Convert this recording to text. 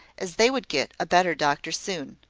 as they would get a better doctor soon.